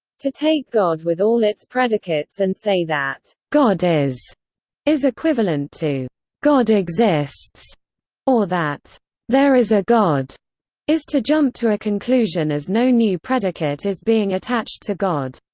to take god with all its predicates and say that god is is equivalent to god exists or that there is a god is to jump to a conclusion as no new predicate is being attached to god.